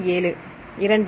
97 2